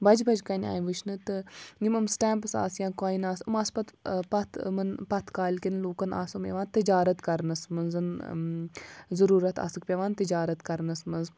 بَجہِ بَجہِ کَنہِ آیہِ وٕچھنہٕ تہٕ یِم یِم سٹیمپٕس آسہٕ یا کویِنہٕ آسہٕ یِم آسہٕ پَتہٕ پَتھ یِمَن پَتھ کالہِ کٮ۪ن لُکَن آسہٕ یِم یِوان تِجارَت کَرنَس منٛز ضُروٗرت آسٕکھ پٮ۪وان تِجارَت کَرنَس منٛز